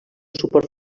suport